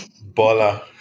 Bola